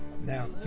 Now